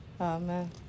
Amen